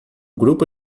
grupo